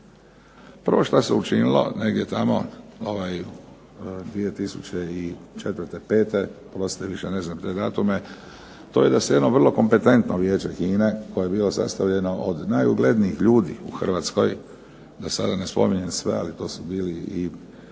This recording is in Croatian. Prvo što se učinilo, negdje tamo 2004., 2005., oprostite više ne znam te datume, to je da se jedno vrlo kompetentno vijeće HINA-e koje je bilo sastavljeno od najuglednijih ljudi u Hrvatskoj da sada ne spominjem sve ali to su bili i